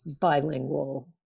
bilingual